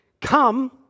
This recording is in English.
Come